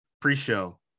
pre-show